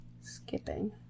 Skipping